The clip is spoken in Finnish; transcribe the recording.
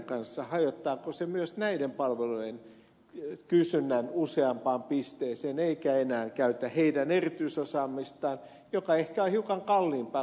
hajottaako se myös näiden palvelujen kysynnän useampaan pisteeseen eikä enää käytä heidän erityisosaamistaan joka ehkä on hiukan kalliimpaa kuin jonkin muun kuntoutuslaitoksen